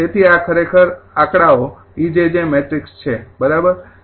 તેથી આ ખરેખર આકડાઓ e𝑗𝑗 𝑘 મેટ્રિક્સ છે બરાબર